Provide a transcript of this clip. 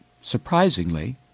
surprisingly